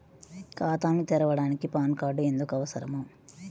ఖాతాను తెరవడానికి PAN card ఎందుకు అవసరము?